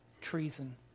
treason